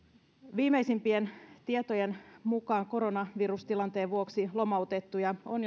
viimeisimpien tietojen mukaan koronavirustilanteen vuoksi lomautettuja on